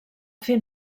fer